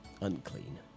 unclean